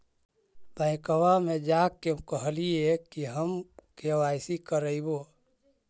बैंकवा मे जा के कहलिऐ कि हम के.वाई.सी करईवो?